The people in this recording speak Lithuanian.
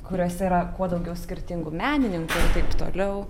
kuriose yra kuo daugiau skirtingų menininkų ir taip toliau